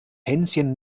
hänschen